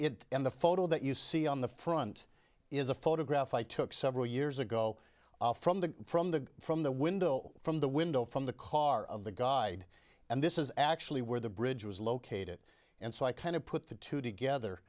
it and the photo that you see on the front is a photograph i took several years ago from the from the from the window from the window from the car of the guide and this is actually where the bridge was located and so i kind of put the two together